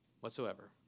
whatsoever